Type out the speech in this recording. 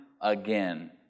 again